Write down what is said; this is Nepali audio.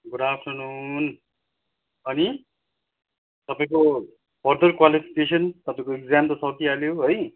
गुड आफ्टरनुन अनि तपाईँको फर्दर क्वालिफिकेसन तपाईँको इग्ज्याम त सकिहाल्यो है